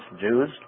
Jews